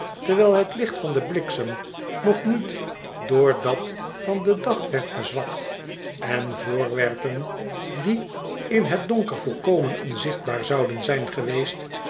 terwijl het licht van den bliksem nog niet door dat van den dag werd verzacht en voorwerpen die in het donker volkomen onzichtbaar zouden zijn geweest